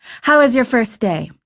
how was your first day?